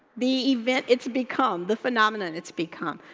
the event it's become, the phenomenon it's become.